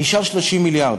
נשאר 30 מיליארד.